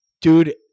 Dude